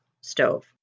stove